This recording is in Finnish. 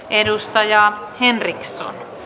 edustaja henriksson